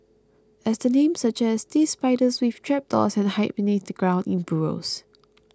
as their name suggests these spiders weave trapdoors and hide beneath the ground in burrows